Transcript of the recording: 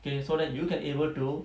okay so that you can able to